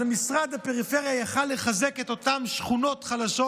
משרד הפריפריה יכול היה לחזק את אותן שכונות חלשות.